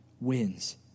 wins